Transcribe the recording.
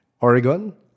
Oregon